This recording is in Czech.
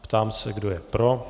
Ptám se, kdo je pro?